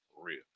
real